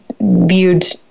viewed